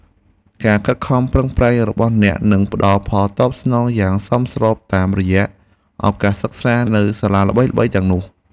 ការខិតខំប្រឹងប្រែងរបស់អ្នកនឹងផ្តល់ផលតបស្នងយ៉ាងសមស្របតាមរយៈឱកាសសិក្សានៅសាលាល្បីៗទាំងនោះ។